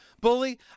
Bully